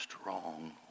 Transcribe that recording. strong